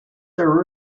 their